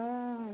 অঁ